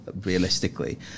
realistically